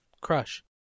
crush